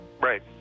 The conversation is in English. Right